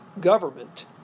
Government